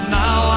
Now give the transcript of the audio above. now